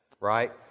right